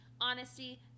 honesty